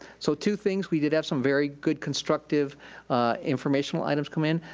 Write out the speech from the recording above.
so two things, we did have some very good constructive informational items come in,